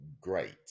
great